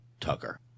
Tucker